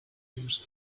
used